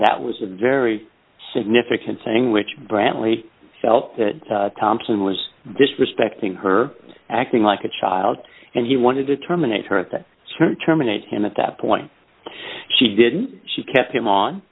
that was a very significant thing which brantley felt that thompson was disrespecting her acting like a child and he wanted to terminate her at that terminate him at that point she didn't she kept him on